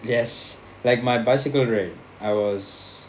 I guess like my bicycle right I was